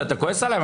מה, אתה כועס עלי?